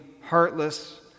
heartless